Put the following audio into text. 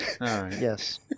Yes